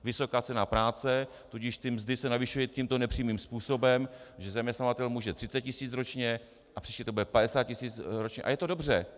Vysoká cena práce, tudíž ty mzdy se navyšují tímto nepřímým způsobem, že zaměstnavatel může 30 tis. ročně a příště to bude 50 tis. ročně, a je to dobře.